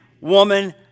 woman